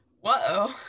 Whoa